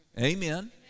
Amen